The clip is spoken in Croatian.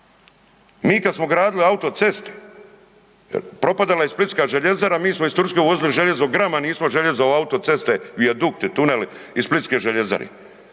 Mi kada smo gradili autoceste propadala je Splitska željezara mi smo iz Turske uvozili željezo grama nismo u autoceste, vijadukte, tunel iz Splitske željezare.